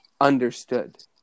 understood